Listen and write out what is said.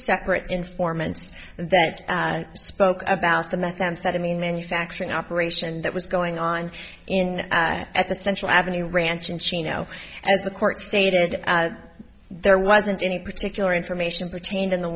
separate informants that spoke about the methamphetamine manufacturing operation that was going on in at the central avenue ranch in chino as the court stated there wasn't any particular information pertained in the